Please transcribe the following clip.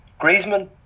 Griezmann